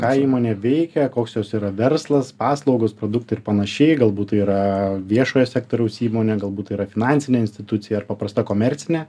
ką įmonė veikia koks jos yra verslas paslaugos produktai ir panašiai galbūt tai yra viešojo sektoriaus įmonė galbūt tai yra finansinė institucija ar paprasta komercinė